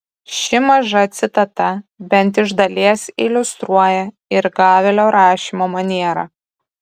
ši maža citata bent iš dalies iliustruoja ir gavelio rašymo manierą